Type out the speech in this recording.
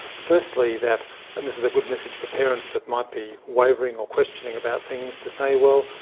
firstly, that and this is a good message for parents that might be wavering or questioning about things to say, well,